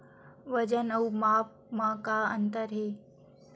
वजन अउ माप म का अंतर हे?